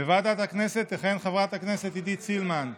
בוועדת הכנסת תכהן חברת הכנסת עידית סילמן,